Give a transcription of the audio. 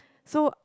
so